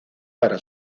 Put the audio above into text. para